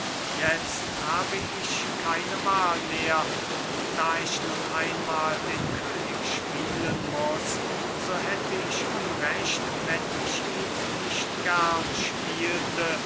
jetzt habe ich keine wahl mehr und da ich nun einmahl den könig spielen muß so hätte ich unrecht wenn ich ihn nicht gern spielte